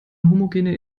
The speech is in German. homogene